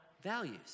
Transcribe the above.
values